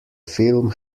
film